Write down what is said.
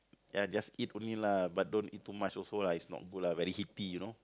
ya just eat only lah but don't eat too much also lah it's not good lah very heaty you know